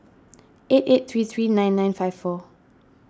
eight eight three three nine nine five four